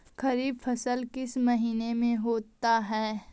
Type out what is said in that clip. खरिफ फसल किस महीने में होते हैं?